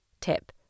Tip